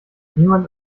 niemand